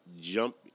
jump